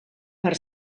per